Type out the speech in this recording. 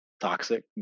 toxic